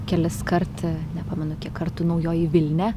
keliskart nepamenu kiek kartų naujoji vilnia